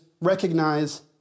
recognize